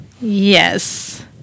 Yes